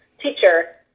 teacher